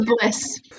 bliss